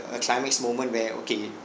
a climax moment where okay